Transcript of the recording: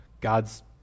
God's